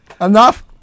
Enough